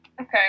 Okay